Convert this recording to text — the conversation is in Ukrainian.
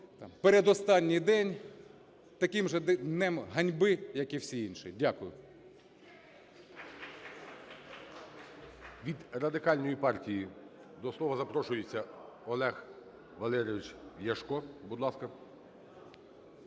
передостанній день, таким же днем ганьби як і всі інші. Дякую.